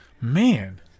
Man